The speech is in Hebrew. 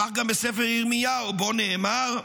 כך גם בספר ירמיהו, שבו נאמר: